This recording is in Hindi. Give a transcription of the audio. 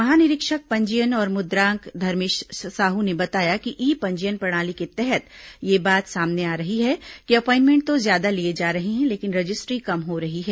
महानिरीक्षक पंजीयन और मुद्रांक धर्मेश साहू ने बताया कि ई पंजीयन प्रणाली के तहत यह बात सामने आ रही है कि अपॉइनमेंट तो ज्यादा लिए जा रहे हैं लेकिन रजिस्ट्री कम हो रही है